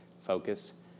focus